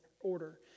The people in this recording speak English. order